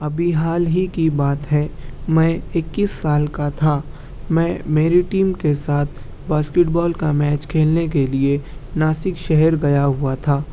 ابھی حال ہی کی بات ہے میں اکیس سال کا تھا میں میری ٹیم کے ساتھ باسکیٹ بال کا میچ کھیلنے کے لئے ناسک شہر گیا ہوا تھا